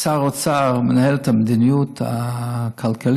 שר האוצר מנהל את המדיניות הכלכלית,